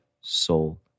soul